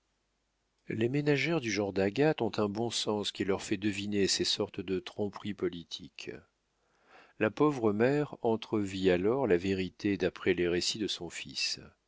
les ménagères du genre d'agathe ont un bon sens qui leur fait deviner ces sortes de tromperies politiques la pauvre mère entrevit alors la vérité d'après les récits de son fils